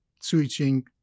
switching